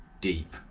deep,